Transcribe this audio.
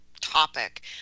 topic